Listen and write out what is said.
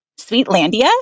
Sweetlandia